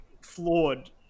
flawed